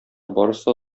барысы